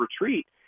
retreat